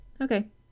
Okay